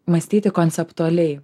mąstyti konceptualiai